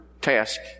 task